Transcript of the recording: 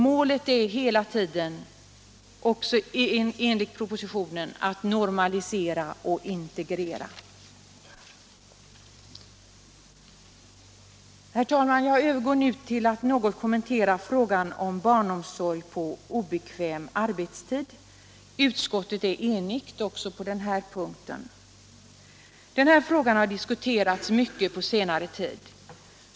Målet är hela tiden enligt propositionen att normalisera och integrera. Herr talman! Jag övergår nu till att kommentera frågan om barnomsorg på obekväm arbetstid. Utskottet är enigt också på den här punkten. Denna fråga har diskuterats mycket på senare tid.